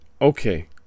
Okay